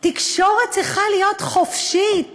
תקשורת צריכה להיות חופשית,